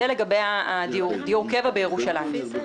זה לגבי דיור הקבע בירושלים.